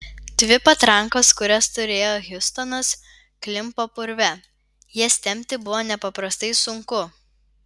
dvi patrankos kurias turėjo hiustonas klimpo purve jas tempti buvo nepaprastai sunku